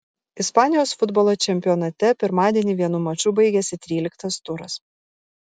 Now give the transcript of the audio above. ispanijos futbolo čempionate pirmadienį vienu maču baigėsi tryliktas turas